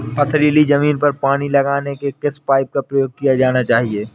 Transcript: पथरीली ज़मीन पर पानी लगाने के किस पाइप का प्रयोग किया जाना चाहिए?